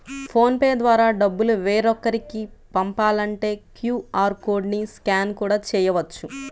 phone pay ద్వారా డబ్బులు వేరొకరికి పంపాలంటే క్యూ.ఆర్ కోడ్ ని స్కాన్ కూడా చేయవచ్చు